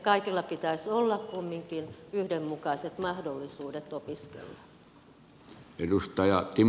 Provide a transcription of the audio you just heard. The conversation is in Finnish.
kaikilla pitäisi olla kumminkin yhdenmukaiset mahdollisuudet opiskella